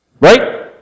Right